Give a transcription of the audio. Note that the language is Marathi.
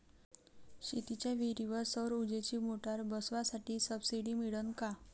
शेतीच्या विहीरीवर सौर ऊर्जेची मोटार बसवासाठी सबसीडी मिळन का?